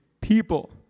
people